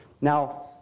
Now